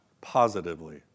positively